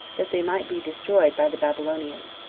that they might be destroyed by the babylonians.